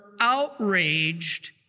outraged